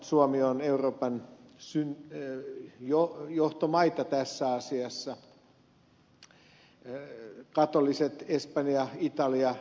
suomi on euroopan johtomaita tässä asiassa katoliset espanja italia pitävät perää